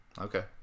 okay